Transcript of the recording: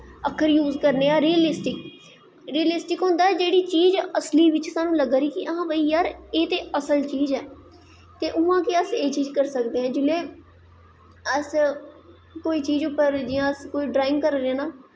अक्खर यूस करने आह्ली रिलिस्टक रिलिस्टिक होंदा असलियत बिच्च लग्गा दा कि यार एह् ते असल चीज़ ऐ ते उआं गे अस एह् जीज़ करी सकदे आं जिसले अस कोई चीज़ उप्पर अस ड्राईंग करा ने ना